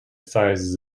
sizes